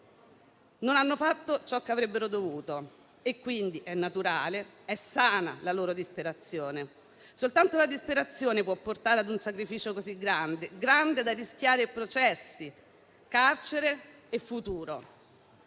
non hanno fatto ciò che avrebbero dovuto e quindi è naturale e sana la loro disperazione. Soltanto la disperazione può portare a un sacrificio così grande, tale da far rischiare un processo, il carcere e il futuro.